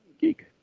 Geek